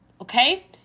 Okay